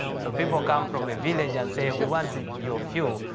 so people come from a village and say, we want ah your fuel.